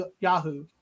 Yahoo